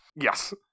Yes